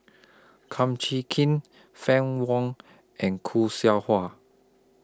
Kum Chee Kin Fann Wong and Khoo Seow Hwa